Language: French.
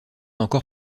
encore